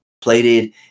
Plated